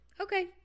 Okay